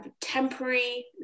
temporary